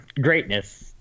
greatness